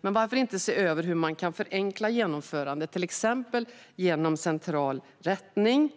Men varför inte se över hur man kan förenkla genomförandet, till exempel genom central rättning,